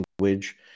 language